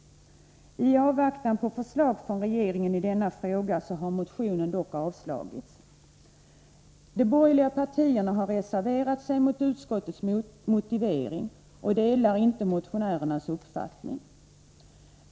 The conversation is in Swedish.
I avvaktan på förslag från regeringen i denna fråga har motionen dock avstyrkts. De borgerliga partierna har reserverat sig mot utskottets motivering och delar inte motionärernas uppfattning.